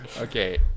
Okay